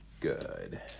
good